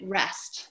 rest